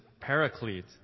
paraclete